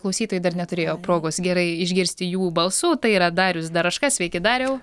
klausytojai dar neturėjo progos gerai išgirsti jų balsų tai yra darius daraška sveiki dariau